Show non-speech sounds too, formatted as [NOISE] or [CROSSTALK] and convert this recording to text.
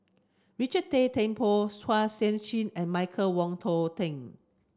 Richard Tay Temple [UNINTELLIGIBLE] is Chin and Michael Wong Tong Ting